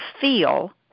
feel